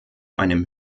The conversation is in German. einem